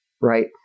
right